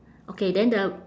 okay then the